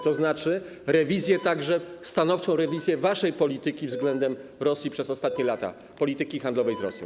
To oznacza także stanowczą rewizję waszej polityki względem Rosji przez ostatnie lata, polityki handlowej z Rosją.